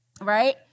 right